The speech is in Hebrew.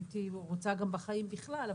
הייתי רוצה גם בחיים בכלל,